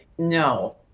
no